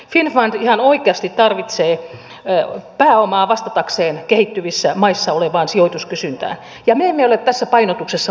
finnfund ihan oikeasti tarvitsee pääomaa vastatakseen kehittyvissä maissa olevaan sijoituskysyntään ja me emme ole tässä painotuksessa lainkaan yksin